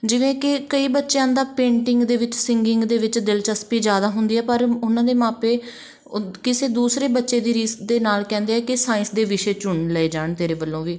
ਜਿਵੇਂ ਕਿ ਕਈ ਬੱਚਿਆਂ ਦਾ ਪੇਂਟਿੰਗ ਦੇ ਵਿੱਚ ਸਿੰਗਿੰਗ ਦੇ ਵਿੱਚ ਦਿਲਚਸਪੀ ਜ਼ਿਆਦਾ ਹੁੰਦੀ ਆ ਪਰ ਉਹਨਾਂ ਦੇ ਮਾਪੇ ਕਿਸੇ ਦੂਸਰੇ ਬੱਚੇ ਦੀ ਰੀਸ ਦੇ ਨਾਲ ਕਹਿੰਦੇ ਆ ਕਿ ਸਾਇੰਸ ਦੇ ਵਿਸ਼ੇ ਚੁਣ ਲਏ ਜਾਣ ਤੇਰੇ ਵੱਲੋਂ ਵੀ